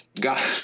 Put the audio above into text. God